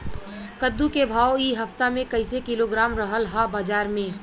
कद्दू के भाव इ हफ्ता मे कइसे किलोग्राम रहल ह बाज़ार मे?